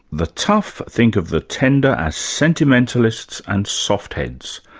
the tough think of the tender as sentimentalists and soft-heads.